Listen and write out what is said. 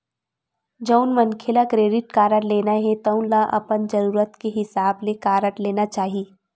जउन मनखे ल क्रेडिट कारड लेना हे तउन ल अपन जरूरत के हिसाब ले कारड लेना चाही